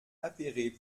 appéré